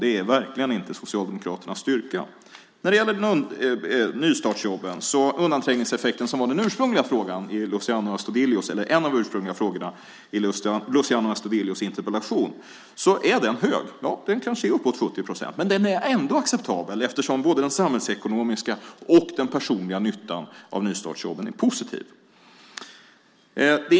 Det är verkligen inte Socialdemokraternas styrka. Undanträngningseffekten i nystartsjobben var en av de ursprungliga frågorna i Luciano Astudillos interpellation. Den är hög, kanske uppåt 70 procent. Men den är ändå acceptabel eftersom både den samhällsekonomiska och den personliga nyttan av nystartsjobben är positiv.